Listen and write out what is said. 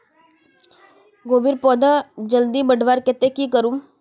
कोबीर पौधा जल्दी बढ़वार केते की करूम?